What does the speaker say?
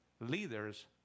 leaders